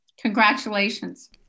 Congratulations